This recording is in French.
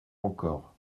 encore